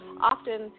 often